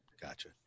Gotcha